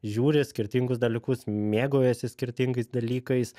žiūri skirtingus dalykus mėgaujasi skirtingais dalykais